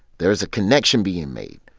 there is a connection being made.